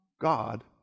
God